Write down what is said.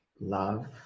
love